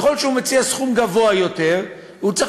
ככל שהוא מציע סכום גבוה יותר הוא צריך